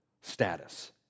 status